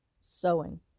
sewing